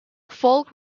folk